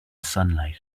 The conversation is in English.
sunlight